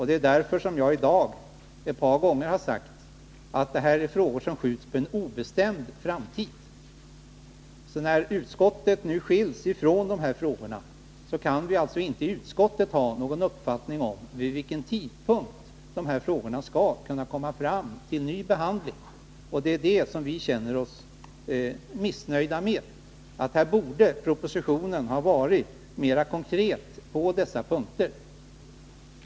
Det är därför som jag i dag ett par gånger har sagt att detta är frågor som skjuts på en obestämd framtid. När utskottet nu skiljs från dessa frågor, kan utskottet inte ha någon uppfattning om vid vilken tidpunkt dessa frågor kan komma upp till ny behandling. Det är det som vi känner oss missnöjda med. Propositionen borde ha varit mera konkret på dessa punkter.